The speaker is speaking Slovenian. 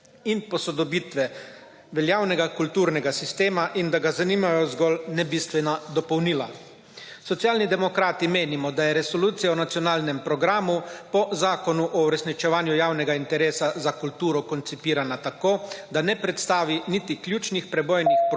in posodobitve veljavnega kulturnega sistema in da ga zanimajo zgolj nebistvena dopolnila. Socialni demokrati menimo, da je resolucija o nacionalnem programu po Zakonu o uresničevanju javnega interesa za kulturo koncipirana tako, da ne predstavi niti ključnih prebojnih